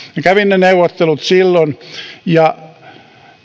kävin neuvottelut silloin ja